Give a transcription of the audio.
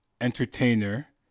entertainer